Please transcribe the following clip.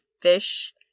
fish